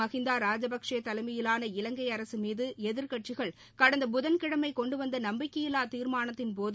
மகிந்தாராஜபக்சேதலைமையிலான இலங்கைஅரசுமீதுஎதிர்க்கட்சிகள் கடந்த திரு புதன்கிழளமகொண்டுவந்தநம்பிக்கையில்லாத் தீர்மானத்தின் போது